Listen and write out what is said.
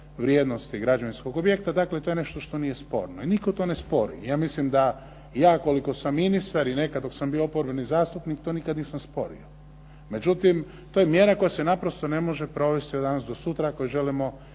vrijednosti građevinskog objekta. Dakle, to je nešto što nije sporno i nitko to ne spori. Ja mislim da ja koliko sam ministar i nekad dok sam bio oporbeni zastupnik to nikad nisam sporio. Međutim, to je mjera koja se naprosto ne može provesti od danas do sutra ako ju želimo